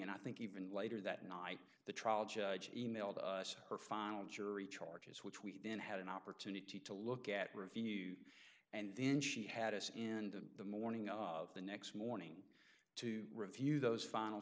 and i think even later that night the trial judge e mailed us her final jury charges which we then had an opportunity to look at review and then she had us in the morning of the next morning to review those final